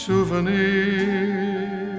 Souvenir